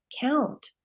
count